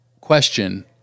question